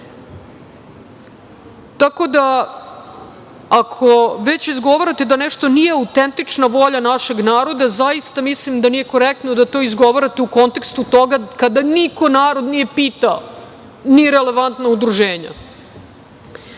da ako već izgovarate da nešto nije autentična volja našeg naroda zaista mislim da nije korektno da to izgovarate u kontekstu toga kada niko narod nije pitao, ni relevantna udruženja.